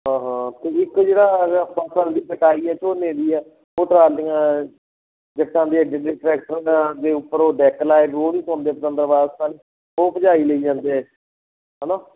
ਹਾਂ ਹਾਂ ਕਿਉਂਕਿ ਇੱਕ ਜਿਹੜਾ ਯਾਰ ਆਪਾਂ ਘਰ ਦੀ ਕਟਾਈ ਹੈ ਝੋਨੇ ਦੀ ਹੈ ਉਹ ਟਰਾਲੀਆਂ ਜੱਟਾਂ ਦੀਆਂ ਜਿੰਨੇ ਟਰੈਕਟਰ ਨਾਲ ਦੇ ਉੱਪਰ ਉਹ ਡੈੱਕ ਲਾਏ ਉਹ ਨਹੀਂ ਸੁਣਦੇ ਪਤੰਦਰ ਵਾਸਤਾ ਨਹੀਂ ਉਹ ਭਜਾਈ ਲਈ ਜਾਂਦੇ ਹੈ ਹੈ ਨਾ